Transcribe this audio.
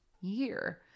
year